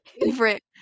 favorite